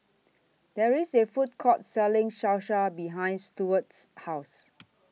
There IS A Food Court Selling Salsa behind Stuart's House